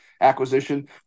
acquisition